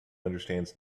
understands